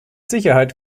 sicherheit